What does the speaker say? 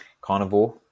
carnivore